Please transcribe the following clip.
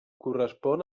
correspon